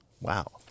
Wow